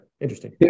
Interesting